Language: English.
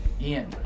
Ian